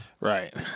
right